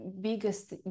biggest